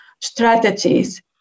strategies